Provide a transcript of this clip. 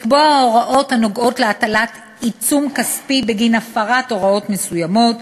לקבוע הוראות הנוגעות להטלת עיצום כספי בגין הפרת הוראות מסוימות,